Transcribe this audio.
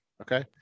Okay